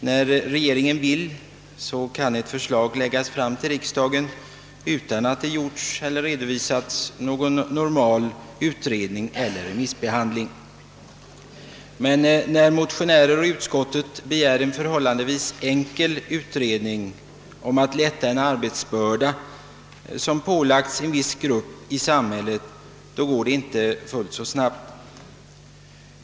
När regeringen vill, kan ett förslag läggas fram för riksdagen utan att det har redovisats någon normal utredning eller remissbehandling, men när motionärer och utskott begär en förhållandevis enkel utredning om att lätta en arbetsbörda som har pålagts en viss grupp i samhället, då går det inte lika snabbt.